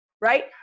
Right